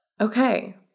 Okay